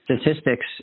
statistics